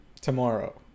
tomorrow